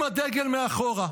עם הדגל מאחורה.